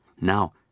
Now